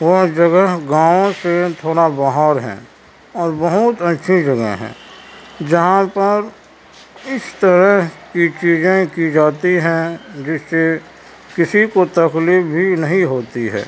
وہ جگہ گاؤں سے تھوڑا باہر ہے اور بہت اچھی جگہ ہے جہاں پر اس طرح کی چیزیں کی جاتی ہیں جس سے کسی کو تکلیف بھی نہیں ہوتی ہے